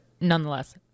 nonetheless